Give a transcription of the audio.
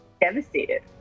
devastated